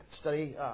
study